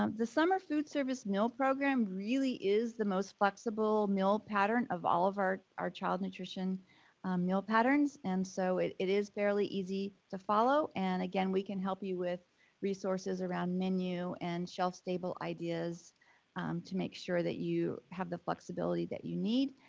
um the summer food service meal program really is the most flexible meal pattern of all of our our child nutrition meal patterns and so it it is fairly easy to follow. and again, we can help you with resources around menu and shelf-stable ideas to make sure that you have the flexibility that you need.